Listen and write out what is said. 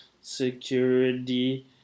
security